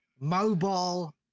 Mobile